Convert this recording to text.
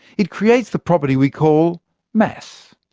it creates the property we call mass.